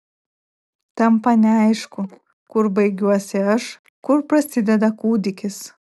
tampa neaišku kur baigiuosi aš kur prasideda kūdikis